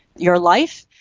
your life,